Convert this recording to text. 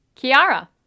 Kiara